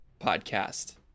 podcast